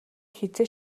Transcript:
хэзээ